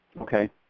Okay